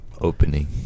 Opening